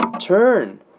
Turn